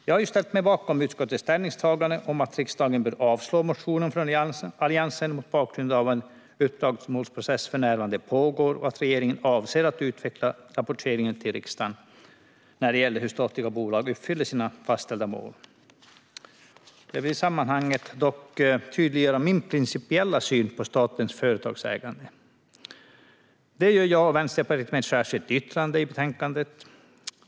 Jag har ju ställt mig bakom utskottets ställningstagande om att riksdagen bör avslå motionen från Alliansen mot bakgrund av att en uppdragsmålsprocess för närvarande pågår och att regeringen avser att utveckla rapporteringen till riksdagen när det gäller hur statliga bolag uppfyller sina fastställda mål. Jag vill i sammanhanget dock tydliggöra min principiella syn på statens företagsägande. Det gör jag och Vänsterpartiet med ett särskilt yttrande i betänkandet.